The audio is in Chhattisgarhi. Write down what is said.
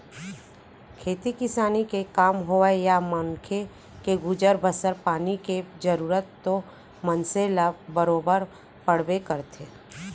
खेती किसानी के काम होवय या मनखे के गुजर बसर पानी के जरूरत तो मनसे ल बरोबर पड़बे करथे